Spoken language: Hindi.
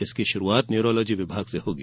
इसकी शुरूआत न्यूरोलॉजी विभाग से होगी